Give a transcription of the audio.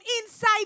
inside